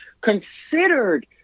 considered